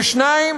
והשנייה,